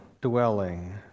dwelling